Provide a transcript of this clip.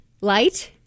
Light